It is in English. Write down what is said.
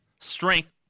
strength